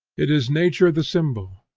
it is nature the symbol,